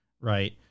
Right